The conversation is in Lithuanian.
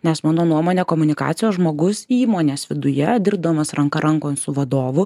nes mano nuomone komunikacijos žmogus įmonės viduje dirbdamas ranka rankon su vadovu